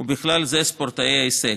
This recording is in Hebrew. ובכלל זה ספורטאי הישג.